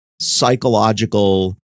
psychological